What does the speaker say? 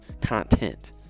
content